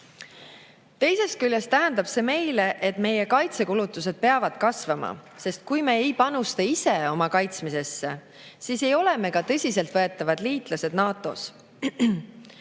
Teisest küljest tähendab see meile, et meie kaitsekulutused peavad kasvama, sest kui me ei panusta ise oma kaitsmisesse, siis ei ole me ka tõsiselt võetavad liitlased NATO‑s.